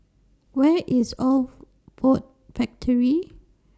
Where IS Old Ford Factory